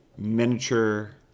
miniature